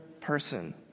person